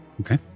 Okay